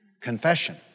Confession